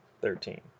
Thirteen